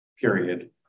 period